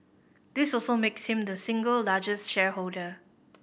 this also makes him the single largest shareholder